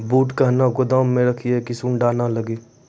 बूट कहना गोदाम मे रखिए की सुंडा नए लागे?